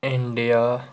India